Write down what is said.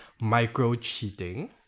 micro-cheating